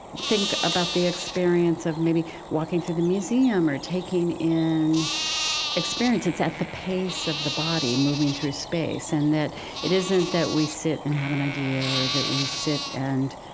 think about the experience of maybe walking through the museum or taking in in experience. it's at the pace of the body moving through space. and that it isn't that we sit and have an idea, or that we sit and,